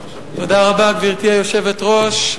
גברתי היושבת-ראש,